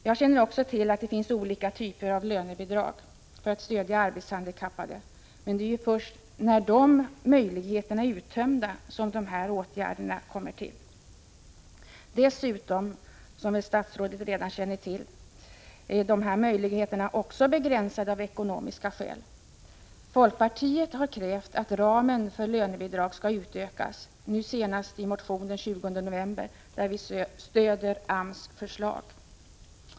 Jag känner också till att det finns olika typer av lönebidrag för att stödja arbetshandikappade, men det är först när de möjligheterna är uttömda som de här åtgärderna sätts in. Dessutom, som väl statsrådet redan känner till, är de här möjligheterna också begränsade av ekonomiska skäl. Folkpartiet har krävt att ramen för lönebidrag skall utökas. Det gjorde vi nu senast i en motion den 20 november, där vi stöder AMS förslag.